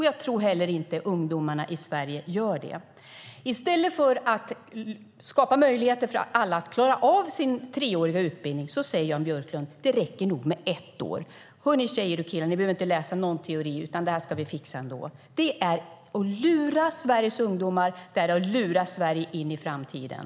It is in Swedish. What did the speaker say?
Jag tror inte heller att ungdomarna i Sverige gör det. I stället för att skapa möjligheter för alla att klara av sin treåriga utbildning säger Jan Björklund: Det räcker nog med ett år. Hör ni tjejer och killar, ni behöver inte läsa någon teori, utan det här ska vi fixa ändå. Det är att lura Sveriges ungdomar. Det är att lura Sverige in i framtiden.